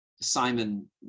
Simon